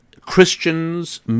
Christians